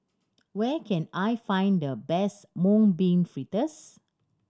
where can I find the best Mung Bean Fritters